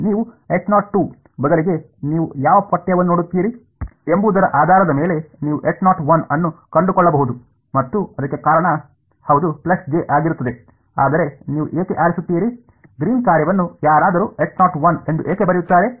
ನೀವು ಬದಲಿಗೆ ನೀವು ಯಾವ ಪಠ್ಯವನ್ನು ನೋಡುತ್ತೀರಿ ಎಂಬುದರ ಆಧಾರದ ಮೇಲೆ ನೀವು ಅನ್ನು ಕಂಡುಕೊಳ್ಳಬಹುದು ಮತ್ತು ಅದಕ್ಕೆ ಕಾರಣ ಹೌದು j ಆಗಿರುತ್ತದೆ ಆದರೆ ನೀವು ಯಾಕೆ ಆರಿಸುತ್ತೀರಿ ಗ್ರೀನ್ ಕಾರ್ಯವನ್ನು ಯಾರಾದರೂ ಎಂದು ಏಕೆ ಬರೆಯುತ್ತಾರೆ